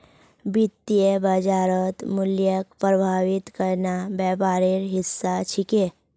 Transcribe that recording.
वित्तीय बाजारत मूल्यक प्रभावित करना व्यापारेर हिस्सा छिके